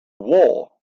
war